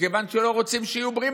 כיוון שלא רוצים שהם יהיו בריאים,